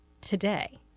today